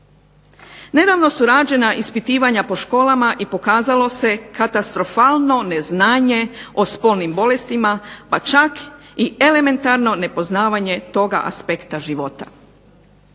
Nedavno su rađena ispitivanja po školama i pokazalo se katastrofalno neznanje o spolnim bolestima pa čak i elementarno nepoznavanje toga aspekta života.